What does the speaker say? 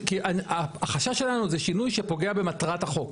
כי החשש שלנו זה שינוי שפוגע במטרת החוק.